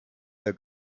der